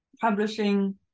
publishing